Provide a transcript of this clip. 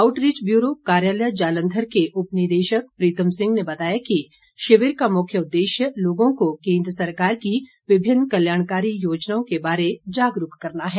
outreach bureau कार्यालय जालंधर के उपनिदेशक प्रीतम सिंह ने बताया कि शिविर का मुख्य उदेश्य लोगों को केंद्र सरकार की विभिन्न काल्याणकारी योजनाओं के बारे में जागरूक करना है